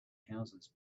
houses